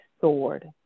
sword